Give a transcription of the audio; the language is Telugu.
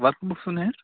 వర్క్బుక్స్ ఉన్నాయా